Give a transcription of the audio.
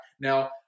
now